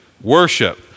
worship